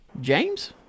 James